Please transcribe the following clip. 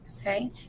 Okay